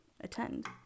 attend